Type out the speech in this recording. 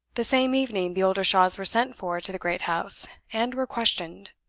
the same evening, the oldershaws were sent for to the great house and were questioned.